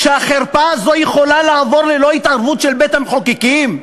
שהחרפה הזאת יכולה לעבור ללא התערבות של בית-המחוקקים?